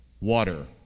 Water